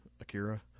Akira